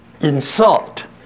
insult